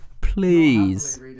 Please